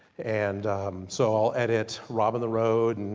and so i'll edit rob on the road, and